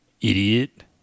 Idiot